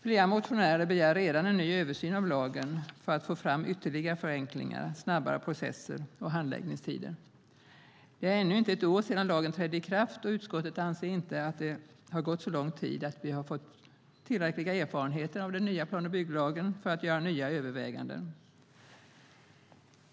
Flera motionärer begär redan en ny översyn av lagen för att få fram ytterligare förenklingar, snabbare processer och kortare handläggningstider. Det är ännu inte ett år sedan lagen trädde i kraft, och utskottet anser inte att det har gått så lång tid att vi har fått tillräckliga erfarenheter av den nya plan och bygglagen för att göra nya överväganden.